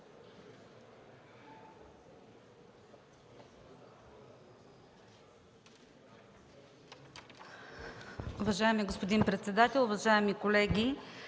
Уважаема госпожо председател, уважаеми колеги